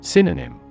Synonym